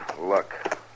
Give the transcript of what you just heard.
Look